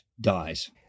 dies